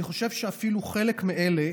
אני חושב שאפילו חלק מאלה